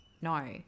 no